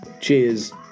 Cheers